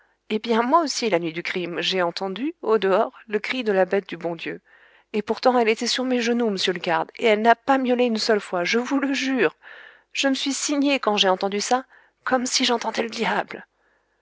eh bien moi aussi la nuit du crime j'ai entendu au dehors le cri de la bête du bon dieu et pourtant elle était sur mes genoux m'sieur le garde et elle n'a pas miaulé une seule fois je vous le jure je m'suis signée quand j'ai entendu ça comme si j'entendais l'diable je